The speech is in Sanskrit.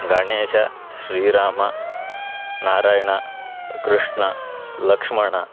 गणेशः श्रीरामः नारायणः कृष्णः लक्ष्मणः